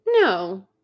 No